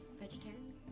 Vegetarian